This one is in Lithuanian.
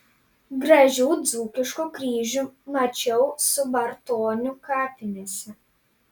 gražių dzūkiškų kryžių mačiau subartonių kapinėse